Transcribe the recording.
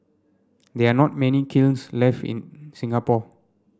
there are not many kilns left in Singapore